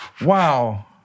wow